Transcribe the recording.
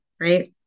right